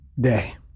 day